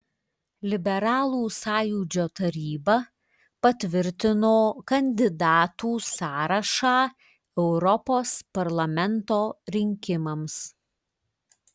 liberalų sąjūdžio taryba patvirtino kandidatų sąrašą europos parlamento rinkimams